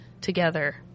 together